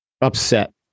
upset